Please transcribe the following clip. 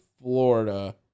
Florida